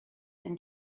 and